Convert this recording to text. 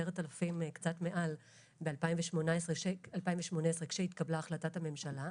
10,000 עובדים וקצת מעל בשנת 2018 כשהתקבלה החלטת הממשלה,